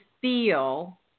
feel